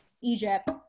Egypt